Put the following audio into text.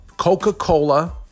Coca-Cola